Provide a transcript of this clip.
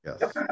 Yes